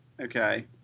okay